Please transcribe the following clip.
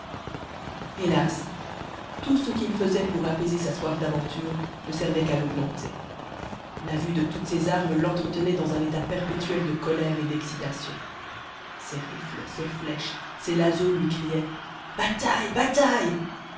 hélas tout ce qu'il faisait pour apaiser sa soif d'aventures ne servait qu'à l'augmenter la vue de toutes ses armes l'entretenait dans un état perpétuel de colère et d'excitation ses rifles ses flèches ses lazos lui criaient bataille bataille